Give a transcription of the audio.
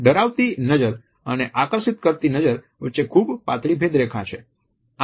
તેથી ડરાવતી નજર અને આકર્ષિત કરતી નજર વચ્ચે ખૂબ પાતળી ભેદ રેખા છે